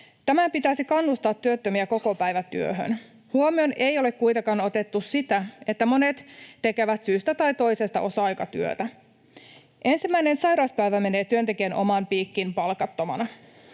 Tämän pitäisi kannustaa työttömiä kokopäivätyöhön. Huomioon ei ole kuitenkaan otettu sitä, että monet tekevät syystä tai toisesta osa-aikatyötä. Ensimmäinen sairauspäivä menee työntekijän omaan piikkiin palkattomana.